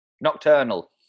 Nocturnal